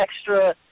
extra